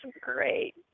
great